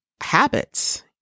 habits